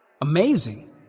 Amazing